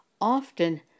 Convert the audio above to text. often